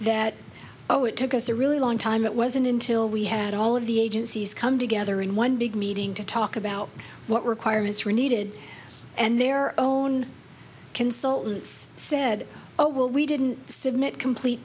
that oh it took us a really long time it wasn't until we had all of the agencies come together in one big meeting to talk about what requirements were needed and their own consultants said oh well we didn't submit complete